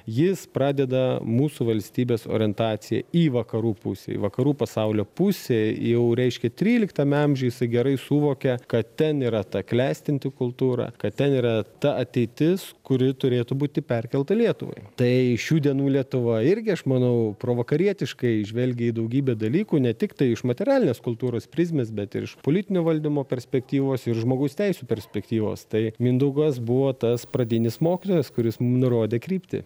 jis pradeda mūsų valstybės orientaciją į vakarų pusę į vakarų pasaulio pusė jau reiškia tryliktame amžiuj jisai gerai suvokė kad ten yra ta klestinti kultūra kad ten yra ta ateitis kuri turėtų būti perkelta lietuvai tai šių dienų lietuva irgi aš manau provakarietiškai žvelgia į daugybę dalykų ne tiktai iš materialinės kultūros prizmės bet ir iš politinio valdymo perspektyvos ir žmogaus teisių perspektyvos tai mindaugas buvo tas pradinis mokytojas kuris mum nurodė kryptį